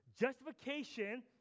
justification